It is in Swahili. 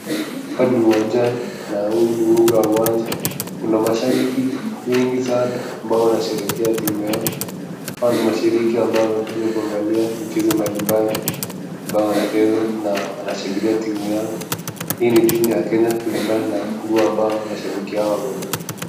Hapa ni uwanjani na hapa ni uga wa uwanja. Kuna mashabiki wengi sana ambao wamasherehekea timu yao hawa ni mashabiki ambao wamekuja kuangalia michezo mbalimbali ambayo wanacheza na wanashangilia timu yao. Hii ni timu ya kenya kulingana na nguo ambao washabiki wao wamevaa.